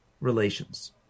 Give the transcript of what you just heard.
relations